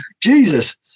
jesus